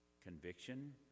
conviction